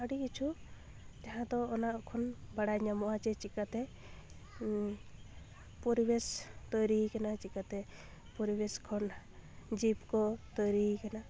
ᱟᱹᱰᱤ ᱠᱤᱪᱷᱩ ᱡᱟᱦᱟᱸ ᱫᱚ ᱚᱱᱟ ᱠᱷᱚᱱ ᱵᱟᱲᱟᱭ ᱧᱟᱢᱚᱜᱼᱟ ᱡᱮ ᱪᱤᱠᱟᱹᱛᱮ ᱯᱚᱨᱤᱵᱮᱥ ᱛᱚᱭᱨᱤᱭ ᱠᱟᱱᱟ ᱪᱤᱠᱟᱹᱛᱮ ᱯᱚᱨᱤᱵᱮᱥ ᱠᱷᱚᱱ ᱡᱤᱵ ᱠᱚ ᱛᱚᱭᱨᱤᱭ ᱠᱟᱱᱟ